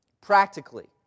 Practically